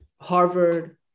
Harvard